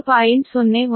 015 metre